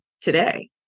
today